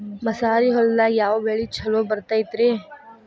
ಮಸಾರಿ ಹೊಲದಾಗ ಯಾವ ಬೆಳಿ ಛಲೋ ಬರತೈತ್ರೇ?